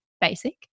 basic